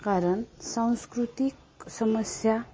कारण सांस्कृतिक समस्या